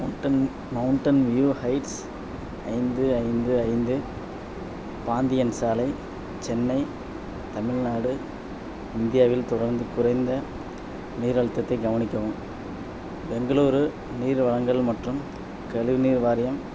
mountain mountain view heights ஐந்து ஐந்து ஐந்து பாந்தியன் சாலை சென்னை தமிழ்நாடு இந்தியாவில் தொடர்ந்து குறைந்த நீர் அழுத்தத்தைக் கவனிக்கவும் பெங்களூரு நீர் வழங்கல் மற்றும் கழிவுநீர் வாரியம்